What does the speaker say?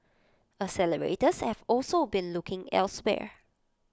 accelerators have also been looking elsewhere